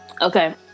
Okay